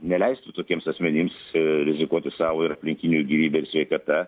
neleistų tokiems asmenims rizikuoti savo ir aplinkinių gyvybe ir sveikata